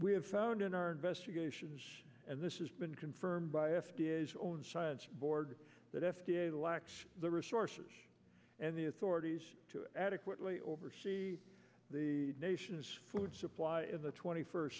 we have found in our investigations and this is been confirmed by f d a as own science board that f d a lacked the resources and the authorities to adequately oversee the nation's food supply in the twenty first